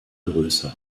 größer